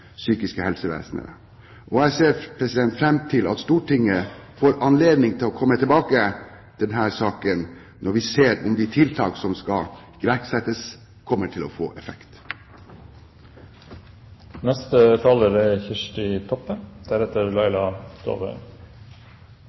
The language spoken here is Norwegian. psykiske helsevernet. Jeg ser fram til at Stortinget får anledning til å komme tilbake til denne saken når vi ser om de tiltak som skal iverksettes,